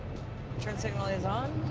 turn signal is on.